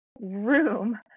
room